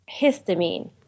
histamine